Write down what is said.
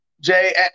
Jay